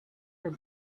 her